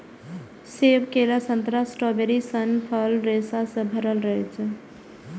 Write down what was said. सेब, केला, संतरा, स्ट्रॉबेरी सन फल रेशा सं भरल रहै छै